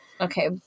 Okay